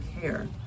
care